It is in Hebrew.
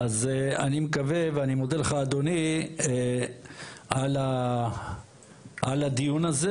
אז אני מקווה ואני מודה לך אדוני על הדיון הזה,